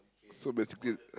so basically